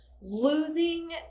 Losing